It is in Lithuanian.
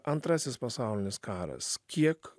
antrasis pasaulinis karas kiek